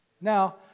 Now